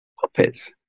puppets